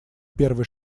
первый